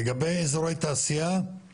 לגבי אזורי תעשייה,